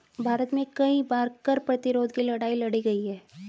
भारत में कई बार कर प्रतिरोध की लड़ाई लड़ी गई है